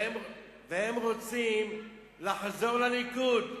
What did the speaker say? והם רוצים לחזור לליכוד.